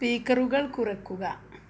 സ്പീക്കറുകൾ കുറയ്ക്കുക